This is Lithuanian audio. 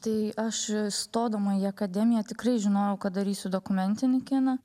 tai aš stodama į akademiją tikrai žinojau kad darysiu dokumentinį kiną